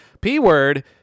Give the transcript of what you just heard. P-Word